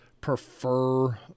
prefer